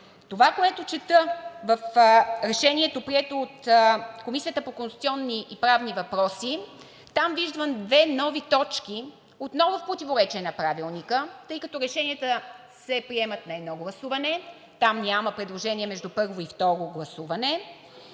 Това, което чета в решението, прието от Комисията по конституционни и правни въпроси, виждам две нови точки, отново в противоречие на Правилника, тъй като решенията се приемат на едно гласуване, там няма предложения между първо и второ гласуване